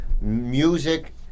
music